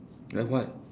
like what